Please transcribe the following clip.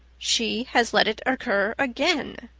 she has let it occur again.